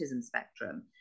spectrum